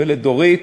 ודורית,